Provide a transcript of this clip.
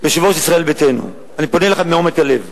יושב-ראש ישראל ביתנו, אני פונה אליך מעומק הלב: